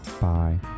Bye